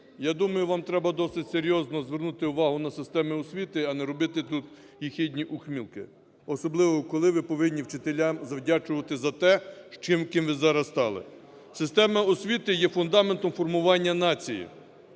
я думаю, вам треба досить серйозно звернути увагу на систему освіти, а не робити тутєхідні ухмилки, особливо, коли ви повинні вчителям завдячувати за те, чим, ким ви зараз стали. Система освіти є фундаментом формування нації.